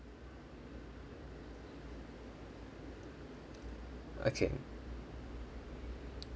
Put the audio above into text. okay